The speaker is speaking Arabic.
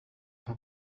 أحب